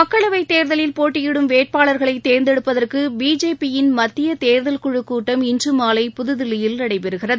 மக்களவைத் தேர்தலில் போட்டியிடும் வேட்பாளர்களை தேர்ந்தெடுப்பதற்கு பிஜேபியின் மத்திய தேர்தல் குழுக் கூட்டம் இன்று மாலை புதுதில்லியில் நடைபெறுகிறது